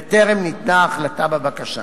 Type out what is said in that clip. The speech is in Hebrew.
וטרם ניתנה החלטה בבקשה.